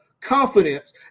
confidence